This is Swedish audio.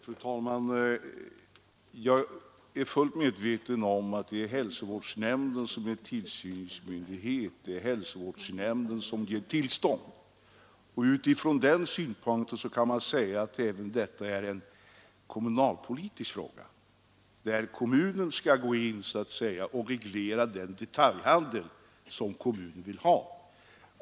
Fru talman! Jag är fullt medveten om att det är hälsovårdsnämnden som är tillsynsmyndighet och ger tillstånd. Utifrån den synpunkten kan man säga att detta är en kommunalpolitisk fråga, där kommunen skall gå in och reglera den detaljhandel som den vill ha.